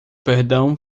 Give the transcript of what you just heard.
perdão